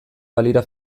balira